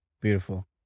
Beautiful